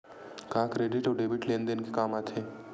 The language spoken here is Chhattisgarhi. का क्रेडिट अउ डेबिट लेन देन के काम आथे?